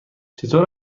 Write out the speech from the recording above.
چطور